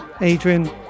Adrian